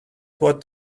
what